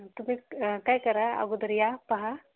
तुम्ही काय करा अगोदर या पहा